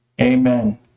Amen